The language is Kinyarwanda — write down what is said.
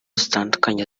zitandukanye